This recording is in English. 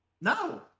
No